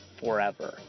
forever